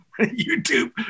YouTube